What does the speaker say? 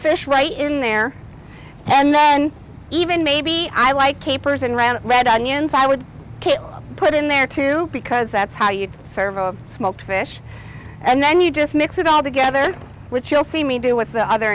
fish right in there and then even maybe i like capers and ran a red onions i would put in there too because that's how you serve a smoked fish and then you just mix it all together with chill see me do with the other